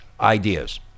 ideas